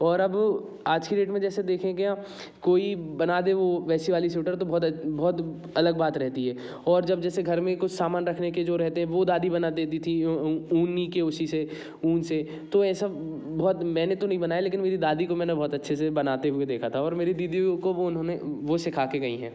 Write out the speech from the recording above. और अब आज के डेट में जैसे देखेंगे कोई बना दे वो वैसी वाली स्वीटर तो बहुत बहुत अलग बात रहती है और जब जैसे घर में कोई सामान रखने के जो रहते हैं वो दादी बना देती थी ऊनी के उसी से ऊन से तो ये सब बहुत मैंने तो नहीं बनाए लेकिन मेरी दादी को मैंने बहुत अच्छे से बनाते हुए देखा था और मेरी दीदी को वो उन्होंने वो सिखा के गई हैं